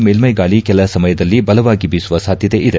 ಮೇಲ್ಟೈ ಗಾಳ ಕೆಲ ಸಮಯದಲ್ಲಿ ಬಲವಾಗಿ ಬೀಸುವ ಸಾಧ್ಯತೆ ಇದೆ